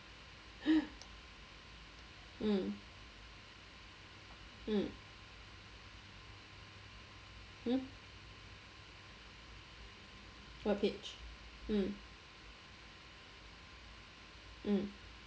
mm mm hmm webpage mm mm